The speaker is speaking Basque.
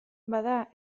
bada